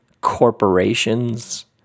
corporations